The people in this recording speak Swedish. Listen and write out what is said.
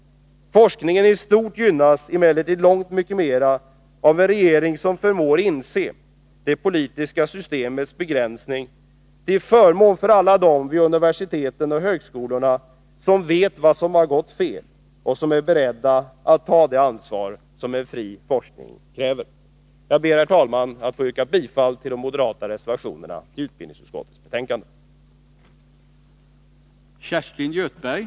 Forskningen i stort gynnas emellertid långt mycket mera av en regering som förmår inse det politiska systemets begränsning — till förmån för alla dem vid universiteten och högskolorna som vet vad som gått fel och som är beredda att ta det ansvar en fri forskning kräver. Herr talman! Jag ber att få yrka bifall till de moderata reservationer som är fogade till utbildningsutskottets betänkande nr 31.